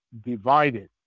divided